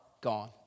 gone